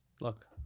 Look